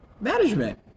Management